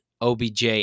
OBJ